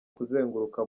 kuzenguruka